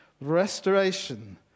restoration